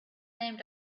named